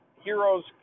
heroes